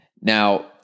Now